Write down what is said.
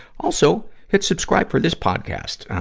also, hit subscribe for this podcast.